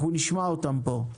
אנחנו נשמע אותם פה.